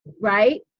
right